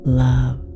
love